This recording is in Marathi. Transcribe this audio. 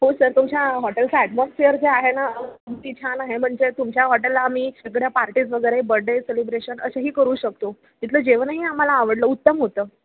हो सर तुमच्या हॉटेलचा ॲटमॉस्फियर जे आहे ना अगदी छान आहे म्हणजे तुमच्या हॉटेलला आम्ही सगळ्या पार्टीज वगैरे बड्डे सेलिब्रेशन असेही करू शकतो तिथलं जेवणही आम्हाला आवडलं उत्तम होतं